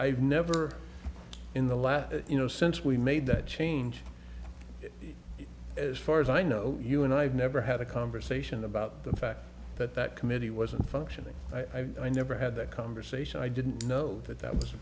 've never in the last you know since we know made that change as far as i know you and i've never had a conversation about the fact that that committee wasn't functioning i've never had that conversation i didn't know that that was a